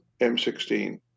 M16